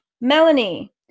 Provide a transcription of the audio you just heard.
Melanie